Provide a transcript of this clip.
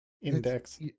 Index